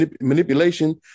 manipulation